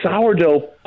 sourdough